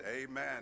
Amen